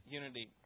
unity